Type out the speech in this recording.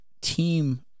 team